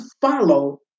follow